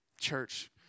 Church